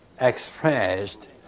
expressed